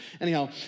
Anyhow